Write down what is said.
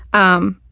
um,